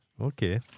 Okay